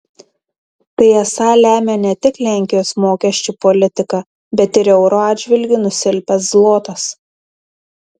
tai esą lemia ne tik lenkijos mokesčių politika bet ir euro atžvilgiu nusilpęs zlotas